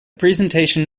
presentation